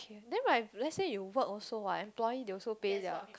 then when I let say you work also what employee they also pay their